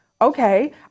okay